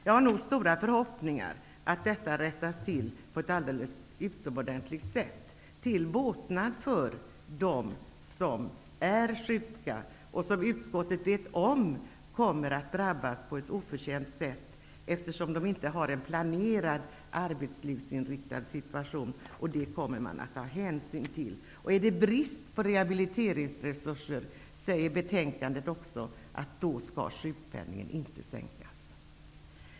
Jag har stora förhoppningar om att detta rättas till på ett utomordentligt bra sätt, till båtnad för dem som är sjuka och som utskottet vet kommer att drabbas på ett oförtjänt sätt, eftersom de inte har en planerad arbetslivsinriktad situation. Det kommer man att ta hänsyn till. Vi säger också i betänkandet att sjukpenningen inte skall sänkas om det är brist på rehabiliteringsresurser.